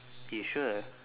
you sure